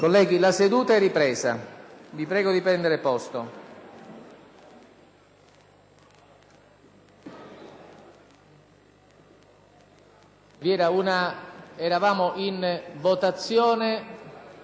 Colleghi, la seduta è ripresa, vi prego di prendere posto.